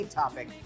topic